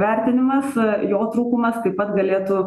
vertinimas jo trūkumas taip pat galėtų